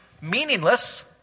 meaningless